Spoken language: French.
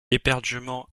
éperdument